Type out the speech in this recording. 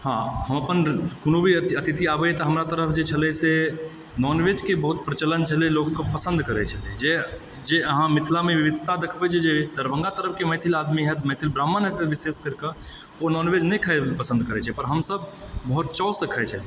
हँ हम अपन कोनो भी अतिथि अबैए तऽ हमरा तरफ जे छलए से नॉनवेजके बहुत प्रचलन छलै लोककेँ पसन्द करै छलै जे जे अहाँ मिथिलामे विविधता देखबै जे दरभङ्गा तरफकेँ मैथिल आदमी हाएत मैथिल ब्राह्मण हाएत विशेष करी कऽ ओ नॉनवेज नहि खाएब पसन्द करै छै पर हमसब बहुत चावसँ खाइ छलिऐ